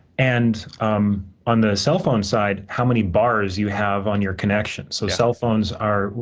and um on the cellphone side, how many bars you have on your connection. so, cellphones are,